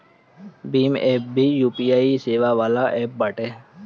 Bhim app भी एगो UPI सेवा वाला एप्प बाटे